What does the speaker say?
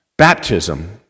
Baptism